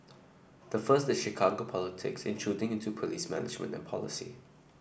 the first is Chicago politics intruding into police management and policy